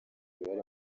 uruhare